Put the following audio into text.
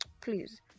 Please